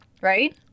right